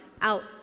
out